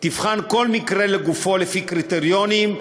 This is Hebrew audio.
תבחן כל מקרה לגופו לפי קריטריונים,